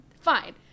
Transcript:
Fine